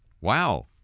Wow